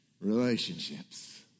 relationships